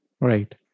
Right